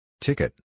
Ticket